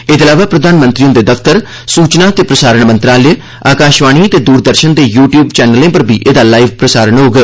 एह्दे अलावा प्रधानमंत्री हुंदे दफ्तर सूचना ते प्रसारण मंत्रालय आकाशवाणी ते दूरदर्शन देश यू द्यूब चैनलें पर बी एह्दा लाईव प्रसारण होग